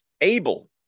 able